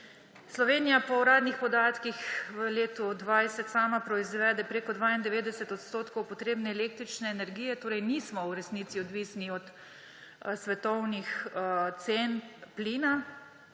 Slovenija po uradnih podatkih v letu 2020 sama proizvede preko 92 odstotkov potrebne električne energije, torej nismo v resnici odvisni od svetovnih cen plina.